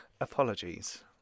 Apologies